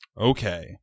Okay